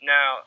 Now